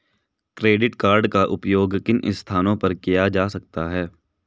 Credit card का उपयोग किन स्थानों पर किया जा सकता है?